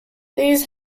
these